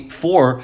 four